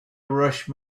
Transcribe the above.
rush